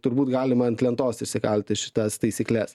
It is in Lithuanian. turbūt galima ant lentos įsikalti šitas taisykles